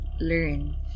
learn